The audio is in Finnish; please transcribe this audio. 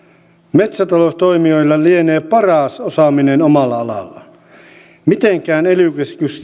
metsätaloustoimijoilla lienee paras osaaminen omalla alallaan mitenkään ely